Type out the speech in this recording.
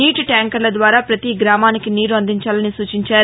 నీటి ట్యాంకర్ల ద్వారా పతి గ్రామానికి నీరు అందించాలని సూచించారు